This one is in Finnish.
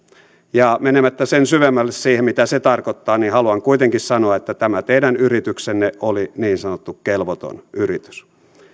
ja menemättä sen syvemmälle siihen mitä se tarkoittaa haluan kuitenkin sanoa että tämä teidän yrityksenne oli niin sanottu kelvoton yritys